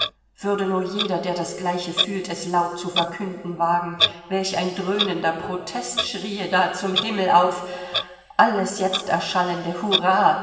würde nur jeder der das gleiche fühlt es laut zu verkünden wagen welch ein dröhnender protest schrie da zum himmel auf alles jetzt erschallende hurrah